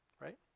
right